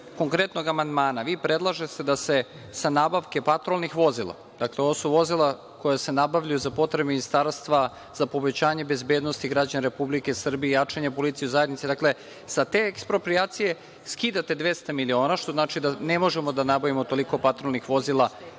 konkretnog amandmana, vi predlažete da se sa nabavke patrolnih vozila, dakle, ovo su vozila koja se nabavljaju za potrebe Ministarstva, za povećanje bezbednosti građana Republike Srbije, jačanja policije, dakle, sa te eksproprijacije skidate 200 miliona, što znači da ne možemo da nabavimo toliko patrolnih vozila